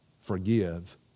forgive